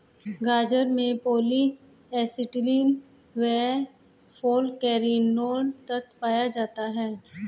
गाजर में polyacetylene व फालकैरिनोल तत्व पाया जाता है